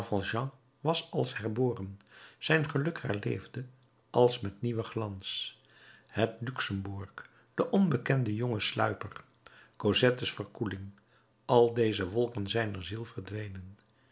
was als herboren zijn geluk herleefde als met nieuwen glans het luxembourg de onbekende jonge sluiper cosette's verkoeling al deze wolken zijner ziel verdwenen